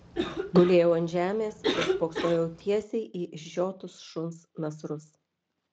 gulėjau ant žemės ir spoksojau tiesiai į išžiotus šuns nasrus